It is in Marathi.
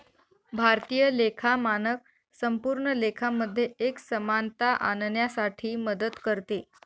भारतीय लेखा मानक संपूर्ण लेखा मध्ये एक समानता आणण्यासाठी मदत करते